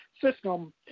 system